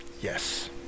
Yes